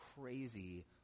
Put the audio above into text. crazy